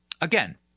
Again